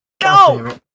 Go